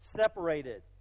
separated